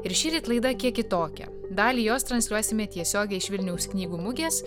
ir šįryt laida kiek kitokia dalį jos transliuosime tiesiogiai iš vilniaus knygų mugės